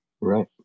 Right